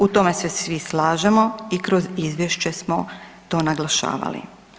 U tome se svi slažemo i kroz Izvješće smo to naglašavali.